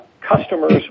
customers